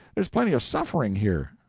there's plenty of suffering here,